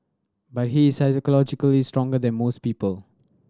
but he is psychologically stronger than most people